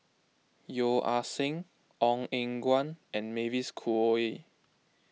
Yeo Ah Seng Ong Eng Guan and Mavis Khoo Oei